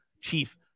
chief